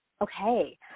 Okay